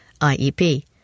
IEP